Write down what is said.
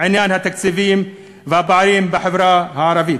על עניין התקציבים והפערים בחברה הערבית.